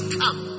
come